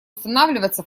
устанавливаться